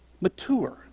mature